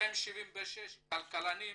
276 כלכלנים,